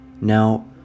Now